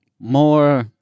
more